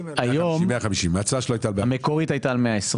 שלו הייתה על 150. המקורית הייתה על 120,